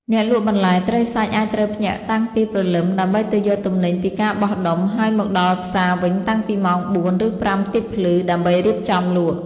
អ្នកលក់បន្លែត្រីសាច់អាចត្រូវភ្ញាក់តាំងពីព្រលឹមដើម្បីទៅយកទំនិញពីការបោះដុំ ហើយមកដល់ផ្សារវិញតាំងពីម៉ោង ៤ ឬ ៥ ទៀបភ្លឺ ដើម្បីរៀបចំលក់។